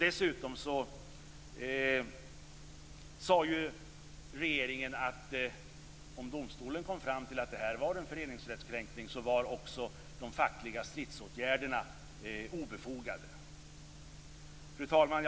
Dessutom sade regeringen att om domstolen kom fram till att det här var en föreningsrättskränkning, var också de fackliga stridsåtgärderna obefogade. Fru talman!